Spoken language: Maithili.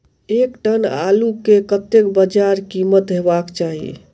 एक टन आलु केँ कतेक बजार कीमत हेबाक चाहि?